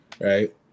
right